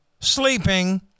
sleeping